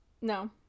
No